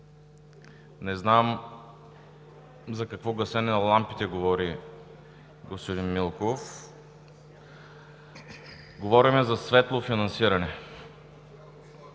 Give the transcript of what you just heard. Не знам за какво гасене на лампите говори господин Милков. Говорим за светло финансиране.